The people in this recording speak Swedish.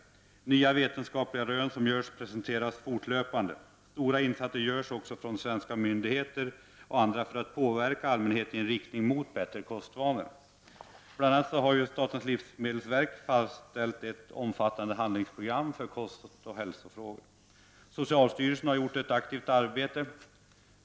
Nya vetenskap liga rön presenteras fortlöpande. Stora insatser görs också av svenska myndigheter och andra för att påverka allmänheten i riktning mot bättre kostvanor. Bl.a. har statens livsmedelsverk fastställt ett omfattande handlingsprogram för kostoch hälsofrågor. - Socialstyrelsen har gjort ett aktivt arbete.